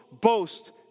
boast